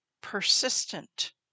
persistent